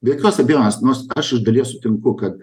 be jokios abejonės nors aš iš dalies sutinku kad